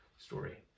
story